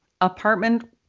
apartment